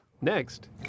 Next